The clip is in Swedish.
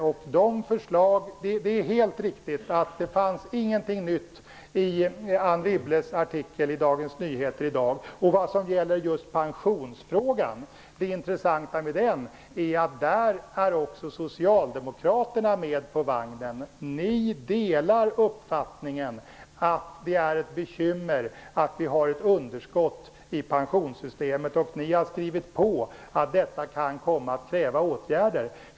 Det är helt riktigt att det inte finns något nytt i Anne Wibbles artikel i Dagens Nyheter i dag. Det intressanta med pensionsfrågan är att Socialdemokraterna är med på vagnen. Ni delar uppfattningen att det är ett bekymmer att vi har ett underskott i pensionssystemet. Ni har skrivit på att det kan komma att kräva åtgärder.